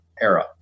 era